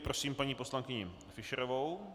Prosím paní poslankyni Fischerovou.